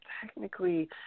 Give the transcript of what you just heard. technically